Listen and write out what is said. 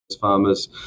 farmers